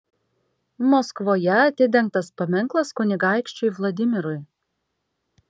maskvoje atidengtas paminklas kunigaikščiui vladimirui